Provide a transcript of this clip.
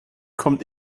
kommt